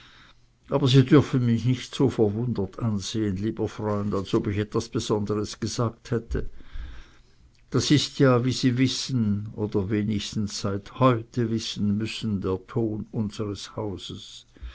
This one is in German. aber sie dürfen mich nicht so verwundert ansehen lieber freund als ob ich etwas besonderes gesagt hätte das ist ja wie sie wissen oder wenigstens seit heute wissen müssen der ton unsres hauses